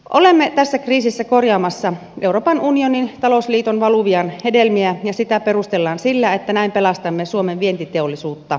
olemme tässä kriisissä korjaamassa euroopan unionin talousliiton valuvian hedelmiä ja sitä perustellaan sillä että näin pelastamme suomen vientiteollisuutta